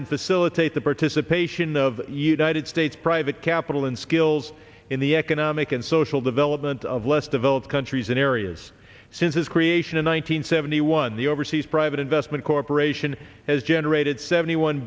and facilitate the participation of united states private capital and skills in the economic and social development of less developed countries in areas since his creation in one thousand nine hundred seventy one the overseas private investment corporation has generated seventy one